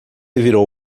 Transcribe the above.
virou